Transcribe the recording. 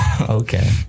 Okay